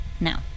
now